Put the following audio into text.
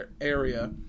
area